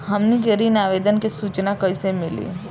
हमनी के ऋण आवेदन के सूचना कैसे मिली?